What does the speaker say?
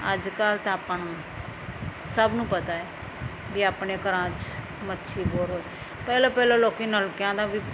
ਅੱਜ ਕੱਲ੍ਹ ਤਾਂ ਆਪਾਂ ਨੂੰ ਸਭ ਨੂੰ ਪਤਾ ਹੈ ਵੀ ਆਪਣੇ ਘਰਾਂ 'ਚ ਮੱਛੀ ਬੋਰ ਹੋਏ ਪਹਿਲੋਂ ਪਹਿਲਾਂ ਲੋਕ ਨਲਕਿਆਂ ਦਾ ਵੀ